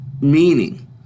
meaning